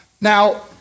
Now